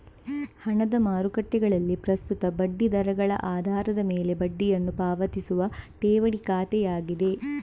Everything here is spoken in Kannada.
ಹಣದ ಮಾರುಕಟ್ಟೆಗಳಲ್ಲಿ ಪ್ರಸ್ತುತ ಬಡ್ಡಿ ದರಗಳ ಆಧಾರದ ಮೇಲೆ ಬಡ್ಡಿಯನ್ನು ಪಾವತಿಸುವ ಠೇವಣಿ ಖಾತೆಯಾಗಿದೆ